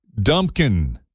dumpkin